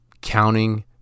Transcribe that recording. counting